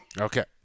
Okay